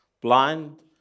blind